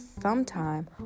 sometime